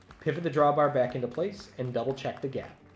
pivot the drawbar back into place, and double check the gap.